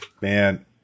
Man